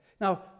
Now